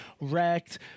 Wrecked